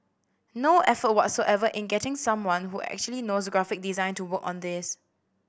no effort whatsoever in getting someone who actually knows graphic design to work on this